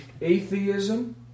atheism